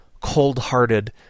cold-hearted